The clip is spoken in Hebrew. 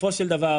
בסופו של דבר,